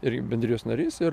irgi bendrijos narys ir